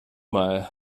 mal